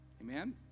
Amen